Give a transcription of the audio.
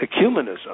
ecumenism